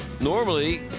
normally